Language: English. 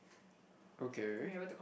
okay